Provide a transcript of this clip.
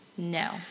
No